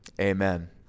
Amen